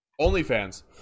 OnlyFans